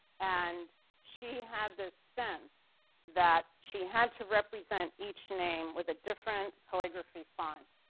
and she had this sense that she had to represent each name with a different calligraphy font,